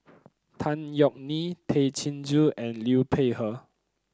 Tan Yeok Nee Tay Chin Joo and Liu Peihe